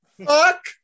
Fuck